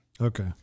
Okay